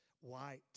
white